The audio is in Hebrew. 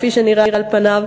כפי שנראה על פניו,